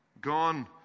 gone